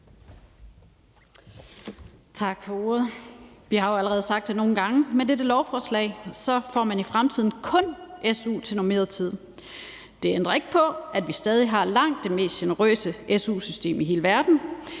Tak for ordet. Vi har jo allerede sagt det nogle gange: Med dette lovforslag får man i fremtiden kun til su til normeret tid. Det ændrer ikke på, at vi stadig har langt det mest generøse su-system i hele verden.